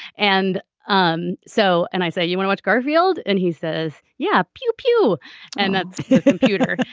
and um so and i say you won't watch garfield. and he says yeah. pew pew and computer.